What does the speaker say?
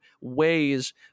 ways